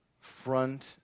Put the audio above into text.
front